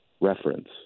Reference